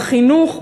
בחינוך,